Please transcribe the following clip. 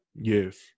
yes